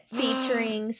featuring